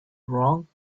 wrong